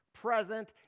present